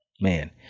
man